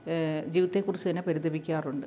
ജീവിതത്തെക്കുറിച്ച് തന്നെ പരിതപിക്കാറുണ്ട്